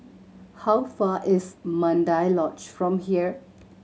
how far is Mandai Lodge from here